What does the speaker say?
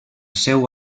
seu